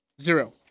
zero